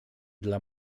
dla